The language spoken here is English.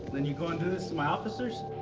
then you go and do this to my officers.